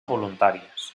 voluntàries